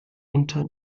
unter